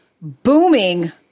booming